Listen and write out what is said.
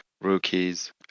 rookies